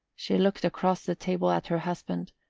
she looked across the table at her husband,